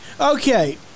Okay